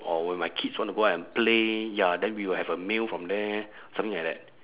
or when my kids want to go out and play ya then we will have a meal from there something like that